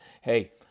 hey